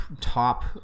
top